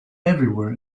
everywhere